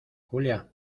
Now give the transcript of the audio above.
julia